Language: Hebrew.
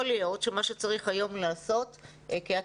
יכול להיות שמה שצריך היום לעשות כי את